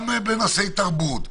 גם בנושאי תרבות.